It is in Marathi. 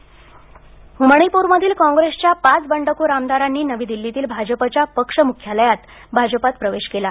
मणिपर बीजेपी मणिप्रमधील काँगेसच्या पाच बंडखोर आमदारांनी नवी दिल्लीतील भाजपाच्या पक्ष मुख्यालयांत भाजपात प्रवेश केला